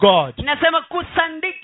God